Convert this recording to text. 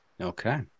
okay